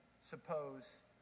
suppose